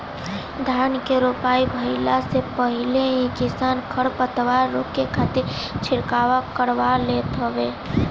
धान के रोपाई भइला से पहिले ही किसान खरपतवार रोके खातिर छिड़काव करवा लेत हवे